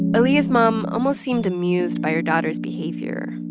aaliyah's mom almost seemed amused by her daughter's behavior.